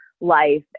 life